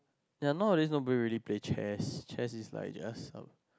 you are not really don't really play chests chests is like just a